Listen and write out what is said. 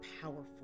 powerful